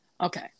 Okay